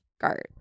guard